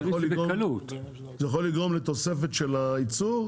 זה יכול לגרום לתוספת של הייצור,